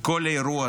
כל האירוע הזה